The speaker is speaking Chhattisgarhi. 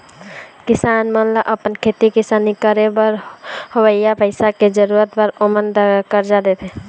किसान मन ल अपन खेती किसानी करे बर होवइया पइसा के जरुरत बर ओमन करजा देथे